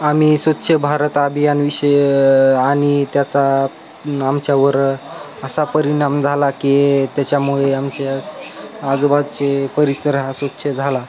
आम्ही स्वच्छ भारत अभियानविषय आणि त्याचा आमच्यावर असा परिणाम झाला की त्याच्यामुळे आमच्या आजुबाजुचे परिसर हा स्वच्छ झाला